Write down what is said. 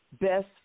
best